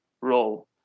role